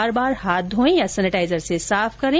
बार बार हाथ धोएं या सेनेटाइजर से साफ करें